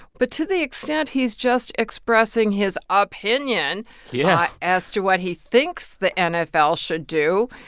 but to the extent he's just expressing his opinion yeah as to what he thinks the nfl should do,